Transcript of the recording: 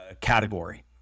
category